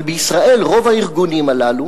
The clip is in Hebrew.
אבל בישראל רוב הארגונים הללו